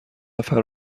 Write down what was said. نفر